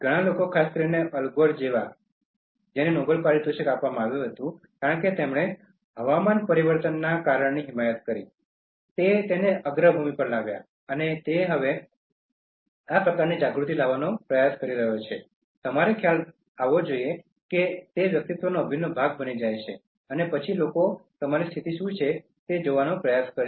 ઘણા લોકો ખાસ કરીને અલ ગોર જેવા કોઈને જેને નોબેલ પારિતોષિક આપવામાં આવ્યું હતું કારણ કે તેમણે હવામાન પરિવર્તનના કારણની હિમાયત કરી તે તેને અગ્રભૂમિ પર લાવ્યા અને પછી તે હવે આ પ્રકારની જાગૃતિ લાવવાનો પ્રયાસ કરી રહ્યો છે અને તમારે ખ્યાલ આવવો જોઈએ તે તે વ્યક્તિત્વનો અતૂટ ભાગ બની જાય છે અને પછી લોકો તમારી સ્થિતિ શું છે તે જોવાનો પ્રયાસ કરશે